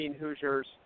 Hoosiers